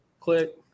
click